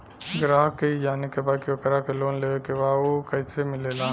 ग्राहक के ई जाने के बा की ओकरा के लोन लेवे के बा ऊ कैसे मिलेला?